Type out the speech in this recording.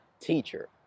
teacher